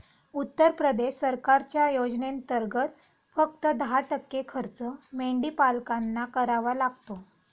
उत्तर प्रदेश सरकारच्या योजनेंतर्गत, फक्त दहा टक्के खर्च मेंढीपालकांना करावा लागतो